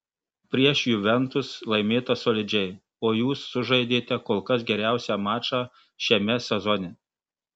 prieš juventus laimėta solidžiai o jūs sužaidėte kol kas geriausią mačą šiame sezone